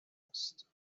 است